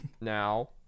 now